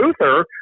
Luther